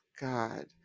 God